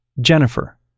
Jennifer